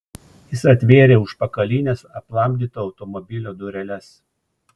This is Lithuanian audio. jis atvėrė užpakalines aplamdyto automobilio dureles